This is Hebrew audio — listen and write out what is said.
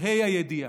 בה"א הידיעה,